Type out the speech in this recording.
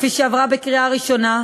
כפי שעברה בקריאה ראשונה,